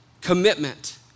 commitment